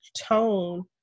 tone